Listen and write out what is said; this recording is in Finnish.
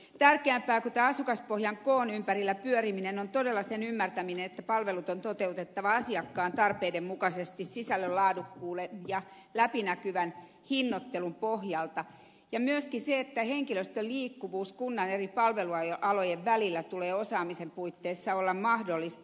tärkeämpää kuin tämän asukaspohjan koon ympärillä pyöriminen on todella sen ymmärtäminen että palvelut on toteutettava asiakkaan tarpeiden mukaisesti sisällön laadukkuuden ja läpinäkyvän hinnoittelun pohjalta ja myöskin se että henkilöstön liikkuvuus kunnan eri palvelualojen välillä tulee osaamisen puitteissa olla mahdollista